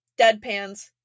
deadpans